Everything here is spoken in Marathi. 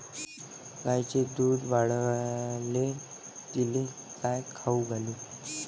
गायीचं दुध वाढवायले तिले काय खाऊ घालू?